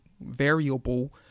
variable